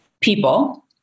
people